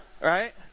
right